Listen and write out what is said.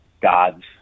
gods